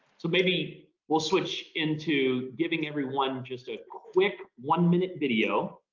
so maybe we'll switch into giving everyone just a quick one-minute video.